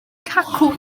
cacwn